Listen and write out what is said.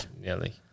Nearly